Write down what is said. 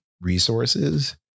resources